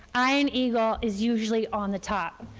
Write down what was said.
ian eagle is usually on the top.